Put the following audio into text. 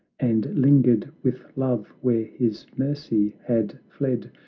and lingered with love where his mercy had fled.